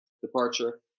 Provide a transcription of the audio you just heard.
departure